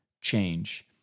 change